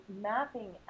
mapping